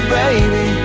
baby